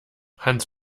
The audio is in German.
hans